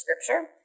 scripture